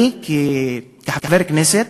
אני נבחרתי לכנסת